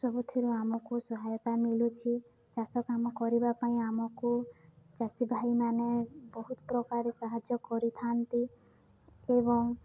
ସବୁଥିରୁ ଆମକୁ ସହାୟତା ମିଳୁଛି ଚାଷ କାମ କରିବା ପାଇଁ ଆମକୁ ଚାଷୀ ଭାଇମାନେ ବହୁତ ପ୍ରକାର ସାହାଯ୍ୟ କରିଥାନ୍ତି ଏବଂ